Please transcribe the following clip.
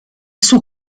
suo